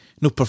no